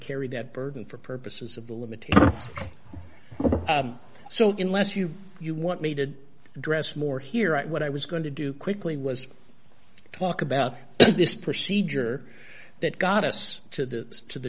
carry that burden for purposes of the limiting so unless you you want me to address more here at what i was going to do quickly was talk about the proceed or that got us to the to the